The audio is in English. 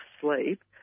sleep